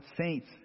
saints